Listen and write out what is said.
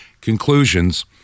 conclusions